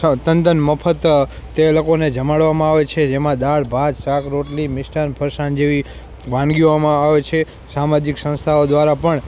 તદ્દન મફત તે લોકોને જમાડવામાં આવે છે જેમાં દાળ ભાત શાક રોટલી મિષ્ટાન ફરસાણ જેવી વાનગીઓ આમાં આવે છે સામાજિક સંસ્થાઓ દ્વારા પણ